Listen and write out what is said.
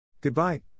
Goodbye